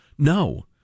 No